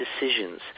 decisions